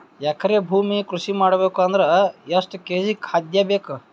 ಎಕರೆ ಭೂಮಿ ಕೃಷಿ ಮಾಡಬೇಕು ಅಂದ್ರ ಎಷ್ಟ ಕೇಜಿ ಖಾದ್ಯ ಬೇಕು?